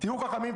תהיו חכמים,